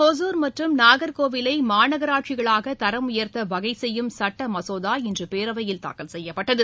ஒசூர் மற்றும் நாகர்கோவிலை மாநகராட்சிகளாக தரம் உயர்த்த வகை செய்யும் சுட்ட மசோதா இன்று பேரவையில் தாக்கல் செய்யப்பட்டது